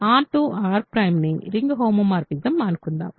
R R ǀ ని ring homomorphism అనుకుందాం